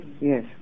Yes